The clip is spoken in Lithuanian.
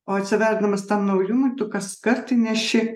o atsiverdamas tam naujumui tu kaskart įneši